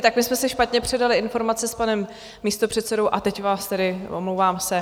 Tak my jsme si špatně předali informace s panem místopředsedou a teď vás tedy... omlouvám se.